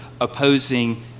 opposing